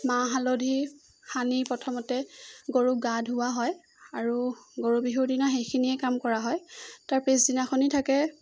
মাহ হালধি সানি প্ৰথমতে গৰুক গা ধোওৱা হয় আৰু গৰু বিহুৰ দিনা সেইখিনিয়ে কাম কৰা হয় তাৰ পিছদিনাখনি থাকে